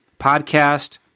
podcast